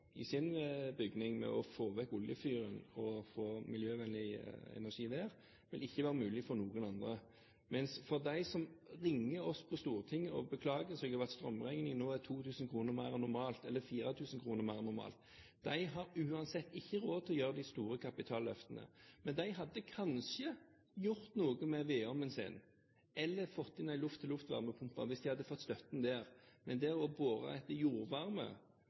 i sin bygning ved å få vekk oljefyren og få miljøvennlig energi der, vil ikke være mulig for noen andre. Men de som ringer oss på Stortinget og beklager seg over at strømregningen nå er 2 000 kr mer enn normalt, eller 4 000 kr mer enn normalt, har uansett ikke råd til de store kapitalløftene, men de hadde kanskje gjort noe med vedovnen sin eller fått inn en luft-til-luft varmepumpe hvis de hadde fått støtte der. Men det å bore etter jordvarme